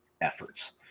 efforts